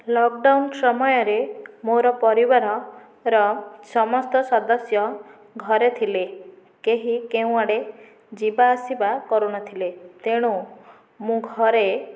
lockdown ସମୟରେ ମୋର ପରିବାର ର ସମସ୍ତ ସଦସ୍ୟ ଘରେ ଥିଲେ କେହି କେଉଁ ଆଡ଼େ ଯିବା ଆସିବା କରୁ ନ ଥିଲେ ତେଣୁ ମୁଁ ଘରେ